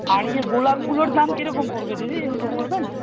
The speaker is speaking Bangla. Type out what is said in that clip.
আর ইয়ে গোলাপগুলোর দাম কিরকম পড়বে দিদি একটু বলবেন